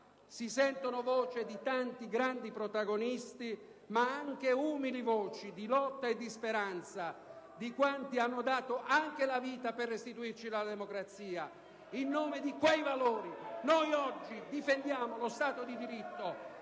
si sentono voci di tanti grandi protagonisti, ma anche umili voci di lotta e di speranza di quanti hanno dato anche la vita per restituirci la democrazia. In nome di quei valori noi oggi difendiamo lo Stato di diritto